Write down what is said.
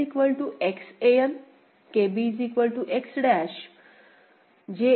An KB X' JA X